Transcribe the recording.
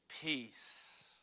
Peace